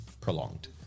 prolonged